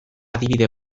adibide